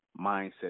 mindset